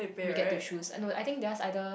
we get to choose ah no I think theirs either